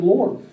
Lord